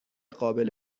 قابل